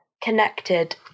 connected